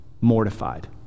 mortified